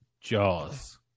Jaws